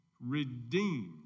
Redeemed